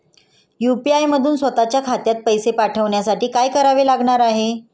UPI मधून स्वत च्या खात्यात पैसे पाठवण्यासाठी काय करावे लागणार आहे?